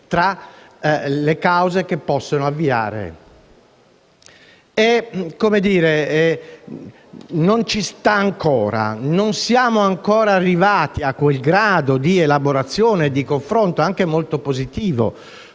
tra le cause che possono avviare la procedura. Non siamo ancora arrivati a quel grado di elaborazione, di confronto anche molto positivo